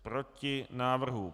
Proti návrhu.